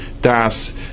das